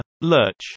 Lurch